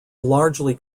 largely